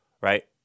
right